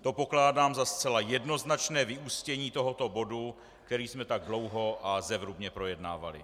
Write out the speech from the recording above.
To pokládám za zcela jednoznačné vyústění tohoto bodu, který jsme tak dlouho a zevrubně projednávali.